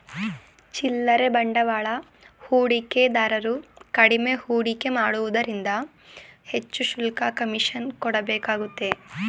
ಚಿಲ್ಲರೆ ಬಂಡವಾಳ ಹೂಡಿಕೆದಾರರು ಕಡಿಮೆ ಹೂಡಿಕೆ ಮಾಡುವುದರಿಂದ ಹೆಚ್ಚು ಶುಲ್ಕ, ಕಮಿಷನ್ ಕೊಡಬೇಕಾಗುತ್ತೆ